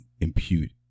impute